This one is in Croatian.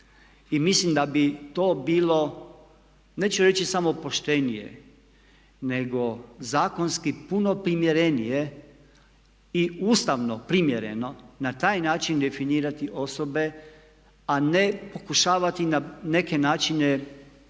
mislim da bi to bilo, neću reći samo poštenije nego zakonski puno primjerenije i ustavno primjereno na taj način definirati osobe a ne pokušavati na neke načine